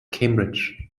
cambridge